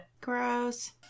Gross